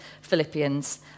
Philippians